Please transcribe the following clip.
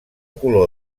color